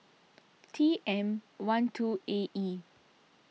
T M one two A E